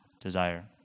desire